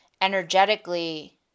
energetically